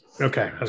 okay